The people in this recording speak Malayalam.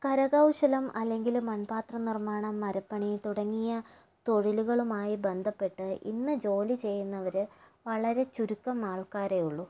കരകൗശലം അല്ലെങ്കില് മൺപാത്ര നിർമ്മാണം മരപ്പണി തുടങ്ങിയ തൊഴിലുകളുമായി ബന്ധപ്പെട്ട് ഇന്ന് ജോലി ചെയ്യുന്നവര് വളരെ ചുരുക്കം ആൾക്കാരെ ഉള്ളു